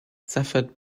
suffered